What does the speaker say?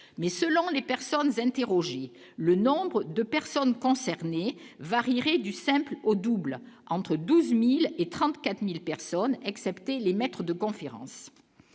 mais selon les personnes interrogées, le nombre de personnes concernées varierait du simple au double, entre 12000 et 34000 personnes, excepté les maîtres de conférence,